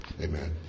Amen